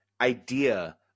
idea